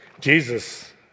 Jesus